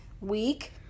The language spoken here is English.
Week